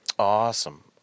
Awesome